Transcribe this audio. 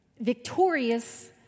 victorious